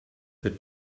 the